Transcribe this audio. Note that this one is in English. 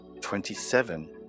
Twenty-seven